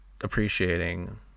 appreciating